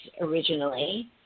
originally